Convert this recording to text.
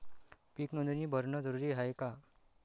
पीक नोंदनी भरनं जरूरी हाये का?